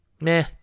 meh